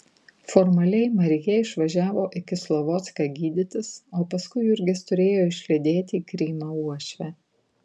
formaliai marija išvažiavo į kislovodską gydytis o paskui jurgis turėjo išlydėti į krymą uošvę